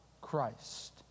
Christ